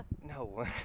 no